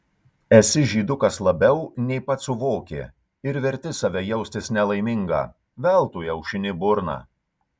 esi žydukas labiau nei pats suvoki ir verti save jaustis nelaimingą veltui aušini burną